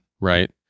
Right